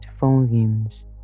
volumes